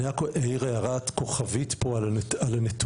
אני רק אעיר פה הערת כוכבית על הנתונים,